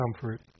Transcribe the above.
comfort